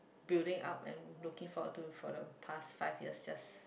building up and looking forward to for the past five years just